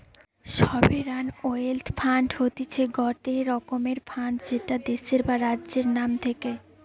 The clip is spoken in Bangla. সভেরান ওয়েলথ ফান্ড হতিছে গটে রকমের ফান্ড যেটা দেশের বা রাজ্যের নাম থাকে